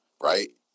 Right